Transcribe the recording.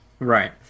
Right